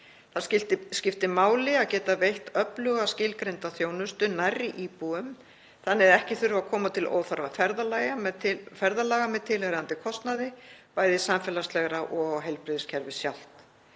Það skiptir máli að geta veit öfluga skilgreinda þjónustu nærri íbúum þannig að ekki þurfi að koma til óþarfa ferðalaga með tilheyrandi kostnaði bæði samfélagslega og á heilbrigðiskerfið sjálft.